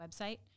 website